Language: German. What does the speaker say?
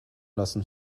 lassen